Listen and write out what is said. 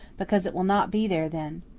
because it will not be there then.